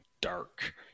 dark